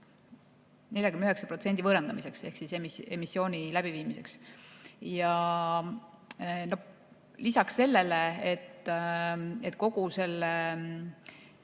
49% võõrandamiseks ehk emissiooni läbiviimiseks. Lisaks sellele, et kogu selle